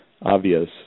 obvious